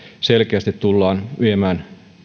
rahoitusasia tullaan selkeästi viemään